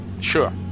sure